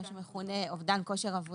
מה שמכונה אובדן כושר עבודה.